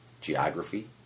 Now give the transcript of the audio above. geography